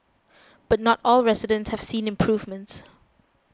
but not all residents have seen improvements